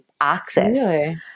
access